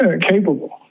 capable